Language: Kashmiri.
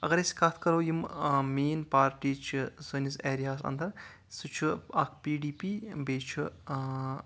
اَگر أسۍ کَتھ کَرو یِم مین پارٹی چھِ سٲنِس ایریاہس اَنٛدر سُہ چھُ اکھ پی ڈی پی بیٚیہِ چھُ